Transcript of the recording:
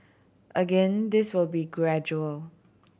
again this will be gradual